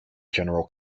general